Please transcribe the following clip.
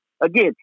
Again